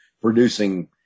producing